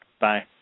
Bye